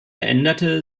änderte